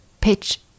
pitch